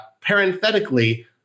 parenthetically